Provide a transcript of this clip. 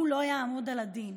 הוא לא יעמוד לדין.